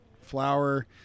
flour